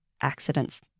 accidents